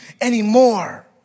anymore